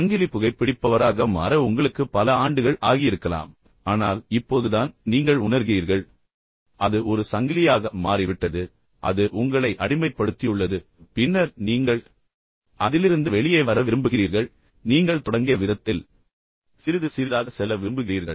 சங்கிலி புகைப்பிடிப்பவராக மாற உங்களுக்கு பல ஆண்டுகள் ஆகியிருக்கலாம் ஆனால் இப்போதுதான் நீங்கள் உணர்கிறீர்கள் அது ஒரு சங்கிலியாக மாறிவிட்டது அது உங்களை அடிமைப்படுத்தியுள்ளது பின்னர் நீங்கள் அதிலிருந்து வெளியே வர விரும்புகிறீர்கள் நீங்கள் தொடங்கிய விதத்தில் சிறிது சிறிதாக செல்ல விரும்புகிறீர்கள்